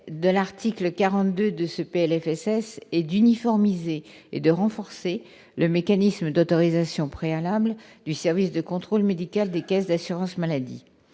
de la sécurité sociale uniformise et renforce le mécanisme d'autorisation préalable du service de contrôle médical des caisses d'assurance maladie.